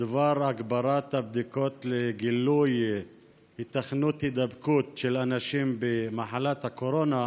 בדבר הגברת הבדיקות לגילוי היתכנות הידבקות של אנשים במחלת קורונה,